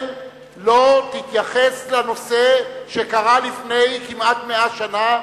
לא תתייחס לנושא שקרה לפני כמעט 100 שנה,